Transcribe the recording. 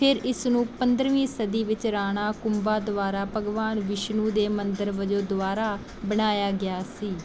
ਫਿਰ ਇਸਨੂੰ ਪੰਦਰ੍ਹਵੀਂ ਸਦੀ ਵਿੱਚ ਰਾਣਾ ਕੁੰਬਾ ਦੁਆਰਾ ਭਗਵਾਨ ਵਿਸ਼ਨੂੰ ਦੇ ਮੰਦਰ ਵਜੋਂ ਦੁਬਾਰਾ ਬਣਾਇਆ ਗਿਆ ਸੀ